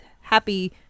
happy